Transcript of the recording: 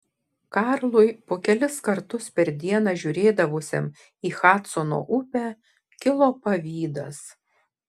karlui po kelis kartus per dieną žiūrėdavusiam į hadsono upę kilo pavydas